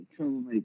troublemakers